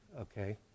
okay